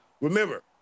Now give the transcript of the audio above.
remember